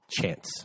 Chance